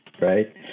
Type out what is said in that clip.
right